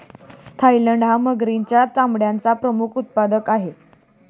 Thailand हा मगरीच्या चामड्याचा प्रमुख उत्पादक आहे